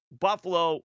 Buffalo